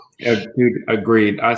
Agreed